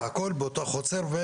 והכל באותה חצר,